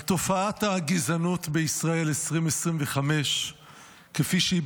על תופעת הגזענות בישראל 2025 כפי שהיא